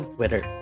Twitter